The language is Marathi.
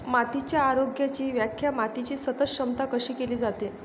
मातीच्या आरोग्याची व्याख्या मातीची सतत क्षमता अशी केली जाते